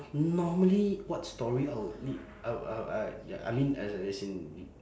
normally what story I would meet I'll I I ya I mean as as in